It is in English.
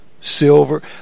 silver